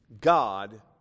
God